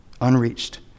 Unreached